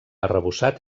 arrebossat